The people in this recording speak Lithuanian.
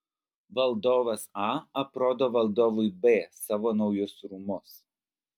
valdovas a aprodo valdovui b savo naujus rūmus